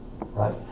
Right